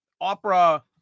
opera